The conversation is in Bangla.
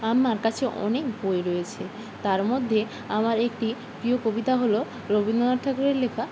আমার কাছে অনেক বই রয়েছে তার মধ্যে আমার একটি প্রিয় কবিতা হলো রবীন্দ্রনাথ ঠাকুরের লেখা